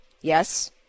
Yes